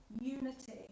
unity